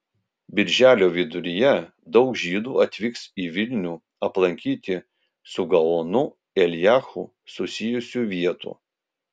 birželio viduryje daug žydų atvyks į vilnių aplankyti su gaonu elijahu susijusių vietų